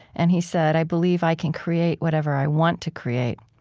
and he said, i believe i can create whatever i want to create.